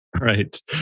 right